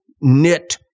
knit